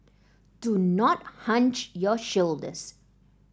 do not hunch your shoulders